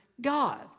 God